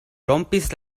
rompis